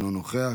אינו נוכח,